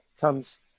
comes